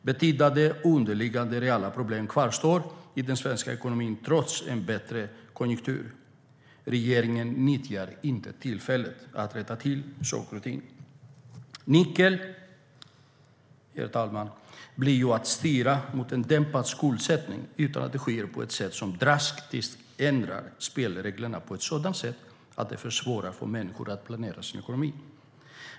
Betydande underliggande reala problem kvarstår därför i den svenska ekonomin, trots en bättre konjunktur. Regeringen nyttjar inte tillfället att rätta till saker och ting. Nyckeln, herr talman, blir att styra mot en dämpad skuldsättning utan att det sker på ett sätt som drastiskt ändrar spelreglerna och därmed försvårar för människor att planera sin ekonomi.